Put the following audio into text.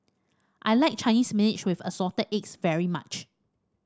I like Chinese Spinach with Assorted Eggs very much